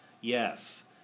yes